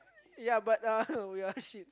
ya but uh wait ah shit